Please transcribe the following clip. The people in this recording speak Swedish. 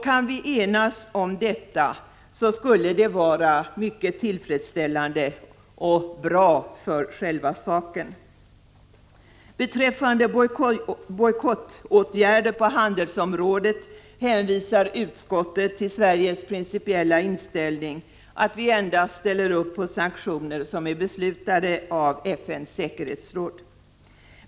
Kan vi enas om detta skulle det vara mycket tillfredsställande och bra för själva saken. Beträffande bojkottåtgärder på handelsområdet hänvisar utskottet till Sveriges principiella inställning — att vi endast ställer upp på sanktioner som är beslutade av FN:s säkerhetsråd.